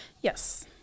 yes